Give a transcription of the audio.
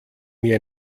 mir